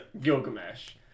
Gilgamesh